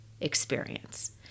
experience